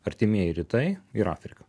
artimieji rytai ir afrika